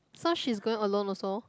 so she's going alone also